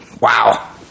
wow